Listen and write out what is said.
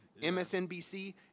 MSNBC